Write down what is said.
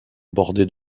bordées